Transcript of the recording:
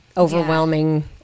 Overwhelming